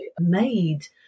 made